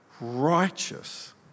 righteous